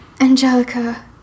Angelica